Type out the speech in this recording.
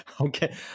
okay